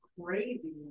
crazy